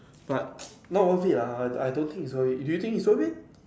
but not worth it lah I I don't think it's worth it do you think is worth it